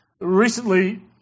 recently